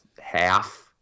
half